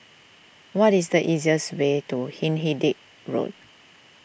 what is the easiest way to Hindhede Road